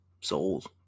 souls